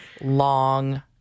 long